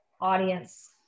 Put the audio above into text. audience